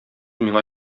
миңа